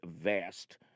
vast